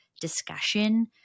discussion